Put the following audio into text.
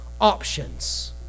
options